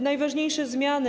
Najważniejsze zmiany.